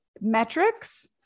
metrics